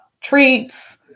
treats